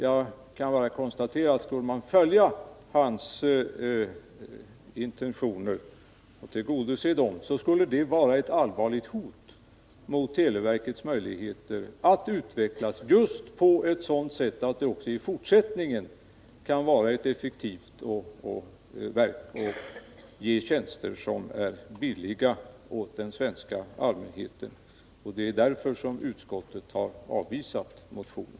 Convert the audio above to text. Jag kan bara konstatera att skulle man tillgodose hans intentioner skulle det vara ett allvarligt hot mot televerkets möjligheter att utvecklas just på ett sådant sätt att det också i fortsättningen kan vara ett effektivt verk och ge tjänster som är billiga åt den svenska allmänheten. Det är därför som utskottet har avvisat motionen.